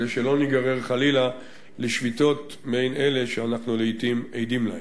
כדי שלא ניגרר חלילה לשביתות מעין אלה שאנחנו לעתים עדים להן.